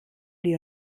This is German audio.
die